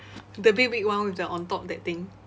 the big big one with the on top that thing